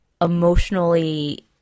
emotionally